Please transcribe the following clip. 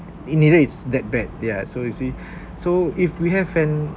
it neither is that bad yeah so you see so if we have an